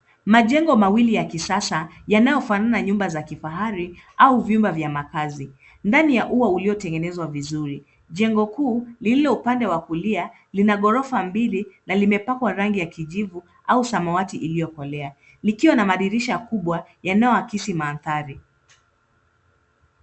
Majengo mawili ya kisasa yanayo fanana na nyumba zaa kifahari au vyumba vya makaazi ndani ya ua uliotengenezwa vizuri. Jengo kuu lililoupande wa kulia lina ghorofa mbili na limepakwa rangi ya kijivu au samawati iliyokolea likiwa na madirisha kubwa yanayoakisi mandhari.